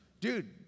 Dude